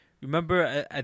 Remember